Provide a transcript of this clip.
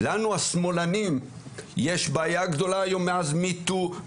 לנו השמאלנים יש בעיה גדולה היום מאז ME TOO ,